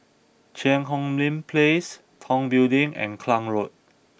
Cheang Hong Lim Place Tong Building and Klang Road